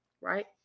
Right